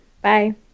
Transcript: Bye